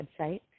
website